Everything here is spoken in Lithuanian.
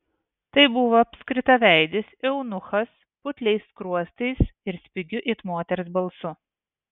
tai buvo apskritaveidis eunuchas putliais skruostais ir spigiu it moters balsu